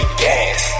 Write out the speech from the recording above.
gas